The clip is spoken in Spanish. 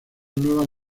nuevas